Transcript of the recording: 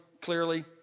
clearly